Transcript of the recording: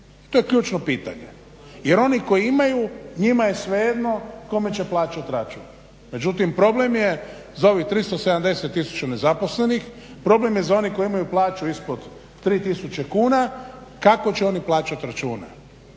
to je ključno pitanje. Jer oni koji imaju njima je svejedno kome će plaćati račun. Međutim, problem je za ovih 370 tisuća nezaposlenih, problem je za one koji imaju plaću ispod 3 tisuće kuna kako će oni plaćati račune.